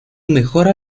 mejora